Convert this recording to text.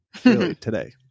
today